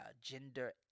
gender